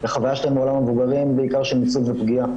כל פעם אומרים שמכרז נפתח ואין ניגשים,